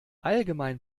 allgemein